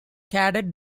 cadet